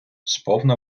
сповна